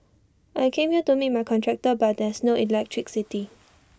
I came here to meet my contractor but there's no electricity